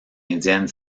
indienne